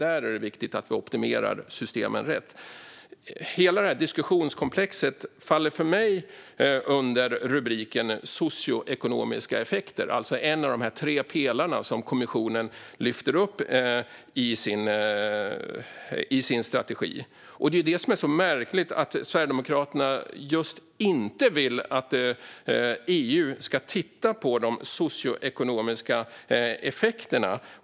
är det viktigt att vi optimerar systemen rätt. Hela detta diskussionskomplex faller för mig under socioekonomiska effekter, alltså en av de tre pelare som kommissionen lyfter upp i sin strategi. Därför är det så märkligt att Sverigedemokraterna inte vill att EU ska titta på de socioekonomiska effekterna.